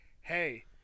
hey